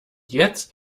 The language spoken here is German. jetzt